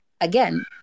again